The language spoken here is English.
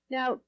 Now